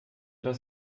das